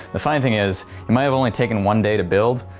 the funny thing is it might of only taken one day to build,